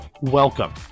welcome